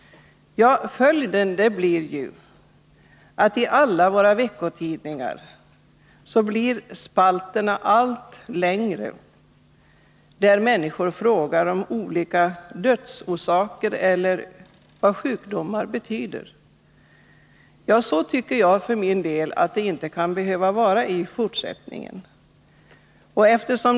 Följden är ju att i alla våra veckotidningar blir spalterna allt längre där människor frågar om olika dödsorsaker eller om vad sjukdomar innebär. Jag tycker för min del att det inte skall behöva vara så i fortsättningen.